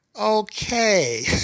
Okay